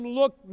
look